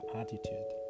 attitude